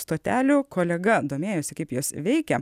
stotelių kolega domėjosi kaip jos veikia